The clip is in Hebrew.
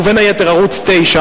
ובין היתר ערוץ-9,